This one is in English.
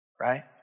right